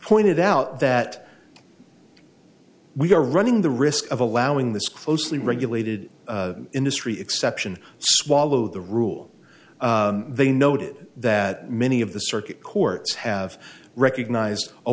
pointed out that we are running the risk of allowing this closely regulated industry exception wallow the rule they noted that many of the circuit courts have recognized a